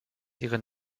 ihre